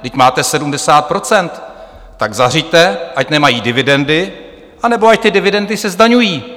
Vždyť máte 70 %, tak zařiďte, ať nemají dividendy anebo ať ty dividendy se zdaňují!